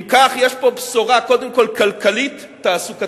אם כך, יש פה בשורה קודם כול כלכלית תעסוקתית,